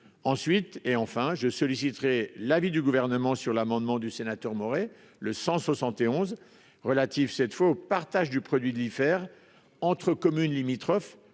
ensuite et enfin je solliciterai l'avis du Gouvernement sur l'amendement du sénateur Maurey le 171 relatif cette fois au partage du produit diffère entre communes limitrophes